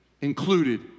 included